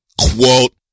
quote